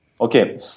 Okay